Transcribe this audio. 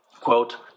quote